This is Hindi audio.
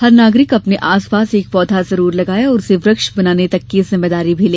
हर नागरिक अपने आस पास एक पौधा ज़रूर लगाए और उसे वृक्ष बनाने तक की जिम्मेदारी भी ले